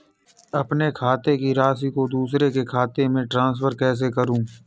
अपने खाते की राशि को दूसरे के खाते में ट्रांसफर कैसे करूँ?